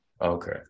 Okay